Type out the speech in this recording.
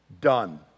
done